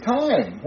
time